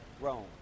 Rome